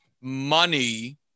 money